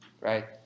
right